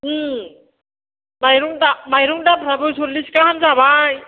माइरं दामफ्राबो सल्लिस गाहाम जाबाय